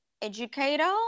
educator